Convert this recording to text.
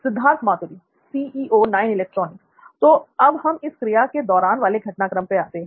सिद्धार्थ मातुरी तो अब हम इस क्रिया के " दौरान" वाले घटनाक्रम पर आते हैं